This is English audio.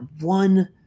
one